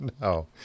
No